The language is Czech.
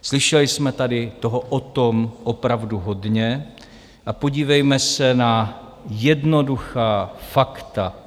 Slyšeli jsme tady toho o tom opravdu hodně a podívejme se na jednoduchá fakta.